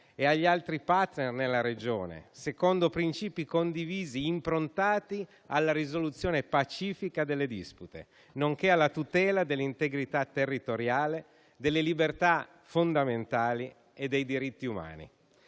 e agli altri *partner* nella regione secondo principi condivisi, improntati alla risoluzione pacifica delle dispute nonché alla tutela dell'integrità territoriale delle libertà fondamentali e dei diritti umani.